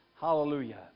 Hallelujah